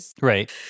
Right